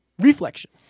reflection